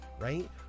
right